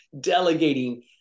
delegating